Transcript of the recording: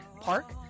park